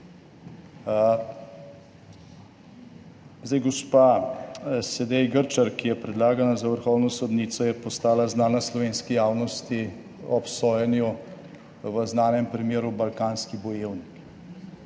Gospa Sedej Grčar, ki je predlagana za vrhovno sodnico, je postala znana slovenski javnosti ob sojenju v znanem primeru Balkanski bojevnik.